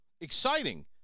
exciting